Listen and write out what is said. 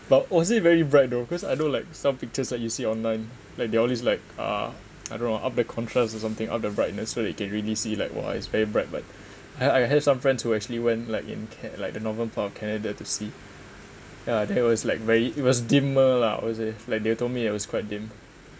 but was it very bright though because I know like some pictures like you see online like they always like uh I don't know up the contrasts or something up the brightness so they can really like !wah! it's very bright but I I have some friends who actually went like in ca~ like the northern part of canada to see yeah that was like very it was dimmer lah how to say like they told me it was quite dim